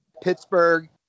Pittsburgh